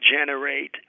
generate